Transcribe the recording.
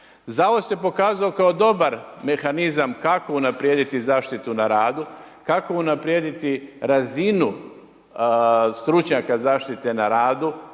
Zavod se pokazao kao dobar mehanizam kako unaprijediti zaštitu na radu, kako unaprijediti razinu stručnjaka zaštite na radu,